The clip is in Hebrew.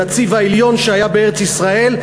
הנציב העליון שהיה בארץ-ישראל,